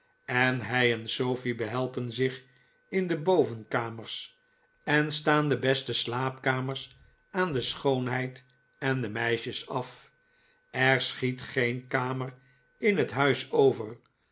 en hij en sofie behelpen zich in de bovenkamers en staan de beste slaapkamers aan de schoonheid en de meisjes af er schiet geen kamer in het huis over